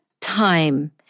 time